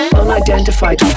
unidentified